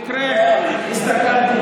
במקרה הסתכלתי,